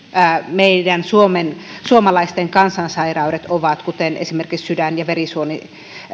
meidän suomalaisten kansansairaudet ovat kuten esimerkiksi sydän ja verisuonisairaudet